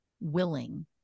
willing